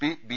P B